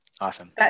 awesome